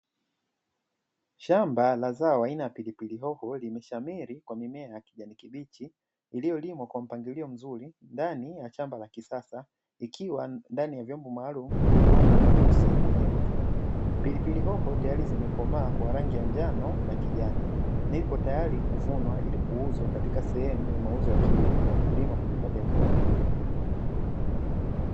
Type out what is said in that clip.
shamba la zao aina ya pilipili hoho limeshamiri kwa mimea ya kijani kibichi iliyolimwa kwa mpangilio mzuri ndani ya shamba la kisasa ikiwa ndani ya vyombo maalumu, vyenye udongo mweusi wenye rutuba pilipili hoho tayari zimekomaa kwa rangi ya njano na kijani na ipo tayari kuvunwa ili kuuzwa katika sehemu ya mauzo ya kilimo na mkulima kujipatia kipato